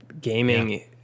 Gaming